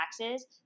taxes